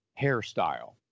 hairstyle